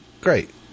Great